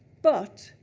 but,